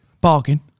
Bargain